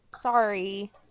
Sorry